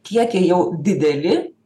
kiekiai jau dideli